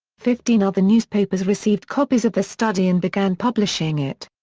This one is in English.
fifteen other newspapers received copies of the study and began publishing it.